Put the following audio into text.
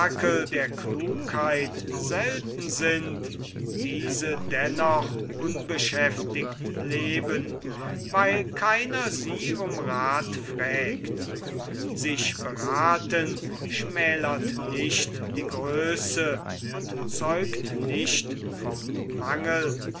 der klugheit selten sind diese dennoch unbeschäftigt leben weil keiner sie um rath fragt sich berathen schmälert nicht die größe und zeugt nicht vom mangel